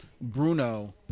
Bruno